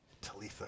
Talitha